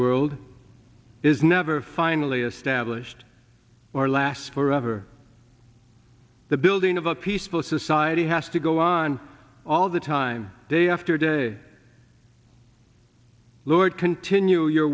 world is never finally established or last forever the building of a peaceful society has to go on all the time day after day lord continue your